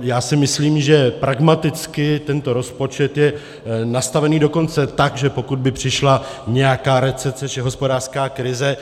Já si myslím, že pragmaticky tento rozpočet je nastavený dokonce tak, že pokud by přišla nějaká recese či hospodářská krize,